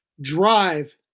drive